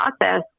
process